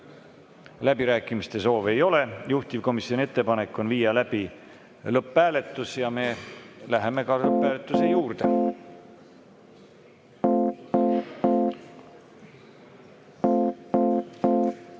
Läbirääkimiste soovi ei ole. Juhtivkomisjoni ettepanek on viia läbi lõpphääletus ja me läheme lõpphääletuse juurde.